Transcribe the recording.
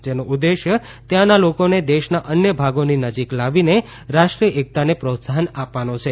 જેનો ઉદ્દેશ ત્યાંના લોકોને દેશના અન્ય ભાગોની નજીક લાવીને રાષ્ટ્રીય એકતાને પ્રોત્સાહન આપવાનો છે